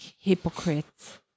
hypocrites